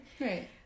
Right